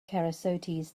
kerasotes